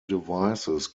devices